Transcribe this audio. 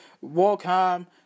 Welcome